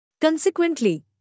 Consequently